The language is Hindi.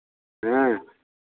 हाँ